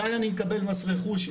מתי אני מקבל מס רכוש,